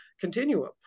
continuum